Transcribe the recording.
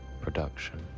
production